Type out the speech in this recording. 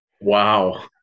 Wow